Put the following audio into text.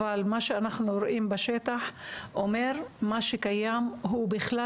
אבל מה שאנחנו רואים בשטח אומר שמה שקיים בכלל